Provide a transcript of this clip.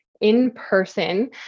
in-person